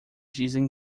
dizem